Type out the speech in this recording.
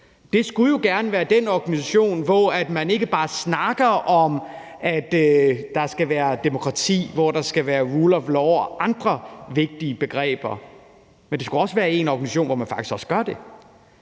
Det skulle jo gerne være den organisation, hvor man ikke bare snakker om, at der skal være demokrati, hvor der skal være rule of law, og andre vigtige begreber. Det skulle også være en organisation, hvor man faktisk også gør det,